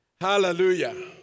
Hallelujah